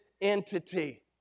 entity